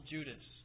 Judas